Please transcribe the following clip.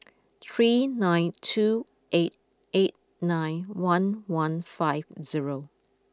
three nine two eight eight nine one one five zero